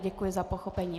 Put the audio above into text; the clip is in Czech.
Děkuji za pochopení.